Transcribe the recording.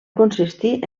consistir